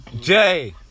Jay